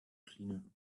cleaner